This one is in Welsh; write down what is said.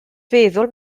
feddwl